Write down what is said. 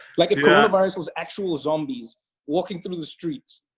like, if coronavirus was actual zombies walking through the streets,